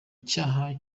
cyaha